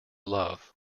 love